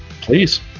Please